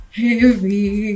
heavy